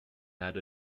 had